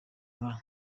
nka